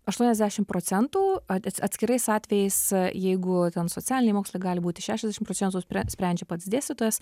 aštuoniasdešim procentų at atskirais atvejais jeigu ten socialiniai mokslai gali būti šešiasdešim procentų spre sprendžia pats dėstytojas